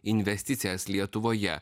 investicijas lietuvoje